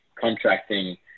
contracting